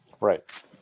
right